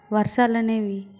వర్షాలనేవి